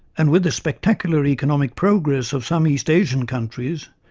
and with the spectacular economic progress of some east asian countries,